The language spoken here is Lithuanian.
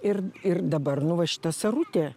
ir ir dabar nu va šita serutė